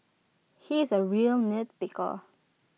he is A real nitpicker